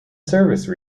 service